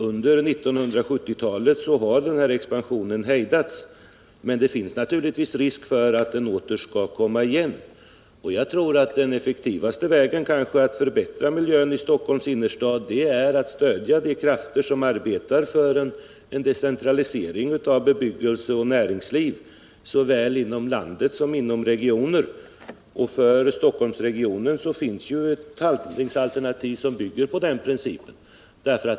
Under 1970 talet har den expansionen hejdats, men det finns risk för att den kan komma igen. Jag tror att den effektivaste vägen att gå för att förbättra miljön i Stockholms innerstad är att stödja de krafter som arbetar för en decentralisering av bebyggelse och näringsliv, såväl inom hela landet som inom vissa regioner. För Stockholmsregionen finns det handlingsalternativ som bygger på den principen.